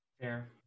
Fair